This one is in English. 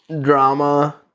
Drama